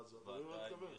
אתה מבין למה אני מתכוון?